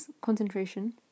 concentration